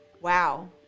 wow